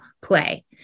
play